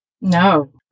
No